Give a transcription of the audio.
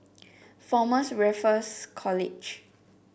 Former's Raffles College